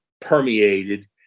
permeated